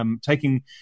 taking